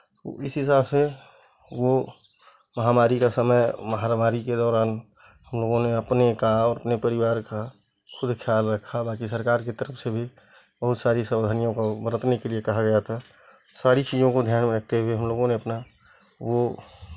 इस हिसाब से वो महामारी का समय महामारी के दौरान हमलोगों ने अपने का और अपने परिवार का खुद ख्याल रखा बाँकी सरकार की तरफ से भी बहुत सारी सावधानियाँ को बरतने के लिए कहा गया था सारी चीज़ों को ध्यान में रखते हुए हमलोगों ने अपना वो